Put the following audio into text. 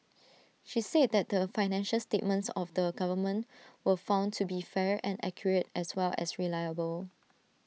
she said that the financial statements of the government were found to be fair and accurate as well as reliable